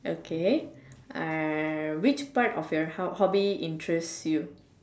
okay err which part of your hob~ hobby interests you